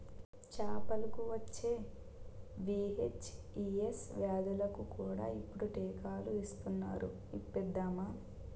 చేపలకు వచ్చే వీ.హెచ్.ఈ.ఎస్ వ్యాధులకు కూడా ఇప్పుడు టీకాలు ఇస్తునారు ఇప్పిద్దామా